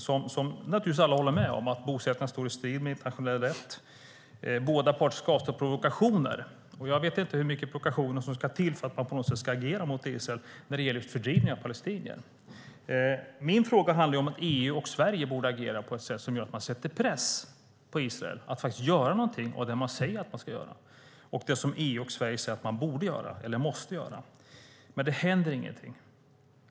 Alla håller naturligtvis med om att bosättningarna står i strid med internationell rätt och att båda parter ska avstå från provokationer. Jag vet inte hur mycket provokationer som ska till för att man på något sätt ska agera mot Israel när det gäller fördrivning av palestinier. Min fråga handlar om att EU och Sverige borde agera på ett sätt som gör att man sätter press på Israel att faktiskt göra det som EU och Sverige säger måste göras. Men det händer ingenting.